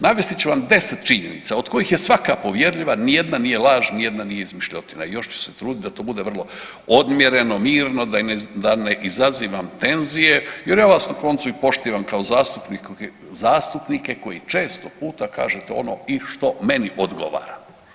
Navesti ću vam 10 činjenica od kojih je svaka povjerljiva ni jedna nije laž, ni jedna nije izmišljotina i još ću se truditi da to bude vrlo odmjereno, mirno da ne izazivam tenzije jer ja vas na koncu i poštivam kao zastupnike koji često puta kažete ono što i meni odgovara.